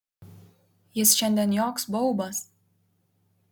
jis šiandien joks baubas